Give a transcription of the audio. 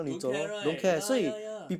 don't care right ya ya ya